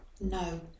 No